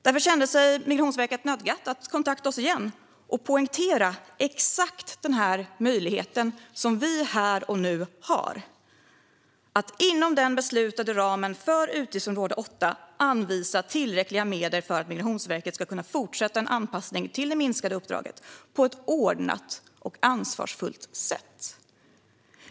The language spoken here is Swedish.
Därför kände sig Migrationsverket nödgat att kontakta oss igen och poängtera exakt den möjlighet som vi här och nu har att inom den beslutade ramen för utgiftsområde 8 anvisa tillräckliga medel för att Migrationsverket ska kunna fortsätta en anpassning till det minskade uppdraget på ett ordnat och ansvarsfullt sätt.